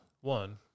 One